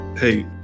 Hey